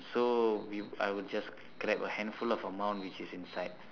so we I would just grab a handful of amount which is inside